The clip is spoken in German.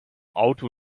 auto